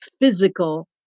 physical